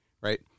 right